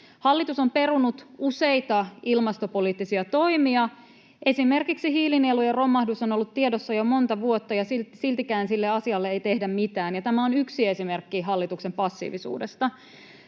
Hallitus on perunut useita ilmastopoliittisia toimia. Esimerkiksi hiilinielujen romahdus on ollut tiedossa jo monta vuotta, ja siltikään sille asialle ei tehdä mitään, ja tämä on yksi esimerkki hallituksen passiivisuudesta.